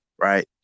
Right